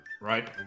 Right